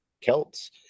Celts